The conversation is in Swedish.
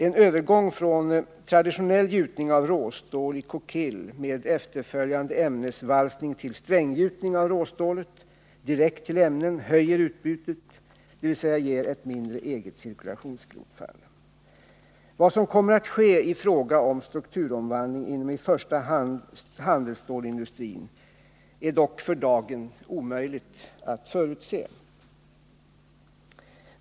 En övergång från traditionell gjutning av råstål i kokill med efterföljande ämnesvalsning till stränggjutning av råstålet direkt till ämnen höjer utbytet, dvs. ger ett mindre eget cirkulationsskrotfall. Vad som kommer att ske i fråga om strukturomvandling, inom i första hand handelsstålsindustrin, är för dagen omöjligt att förutse.